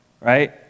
Right